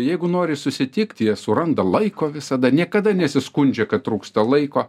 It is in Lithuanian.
jeigu nori susitikt jie suranda laiko visada niekada nesiskundžia kad trūksta laiko